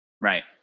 right